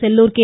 Sellur K